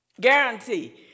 Guarantee